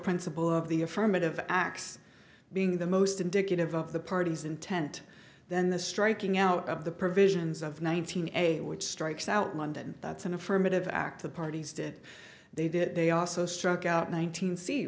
principle of the affirmative acts being the most indicative of the parties intent then the striking out of the provisions of one thousand eight which strikes out london that's an affirmative act the parties did they did they also struck out nineteen see